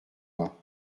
moi